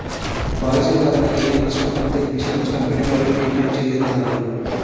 పాలసీదారునికి ఏదైనా నష్టం వత్తే ఇన్సూరెన్స్ కంపెనీ వాళ్ళు భీమాని చెల్లిత్తారు